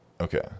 Okay